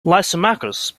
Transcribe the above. lysimachus